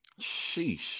Sheesh